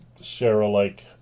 share-alike